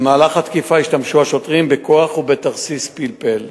במהלך התקיפה השתמשו השוטרים בכוח ובתרסיס פלפל.